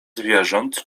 zwierząt